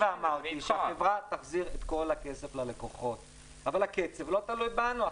פתחתי ואמרתי שהחברה תחזיר את כל הכסף ללקוחות אבל כסף לא תלוי בנו.